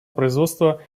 производство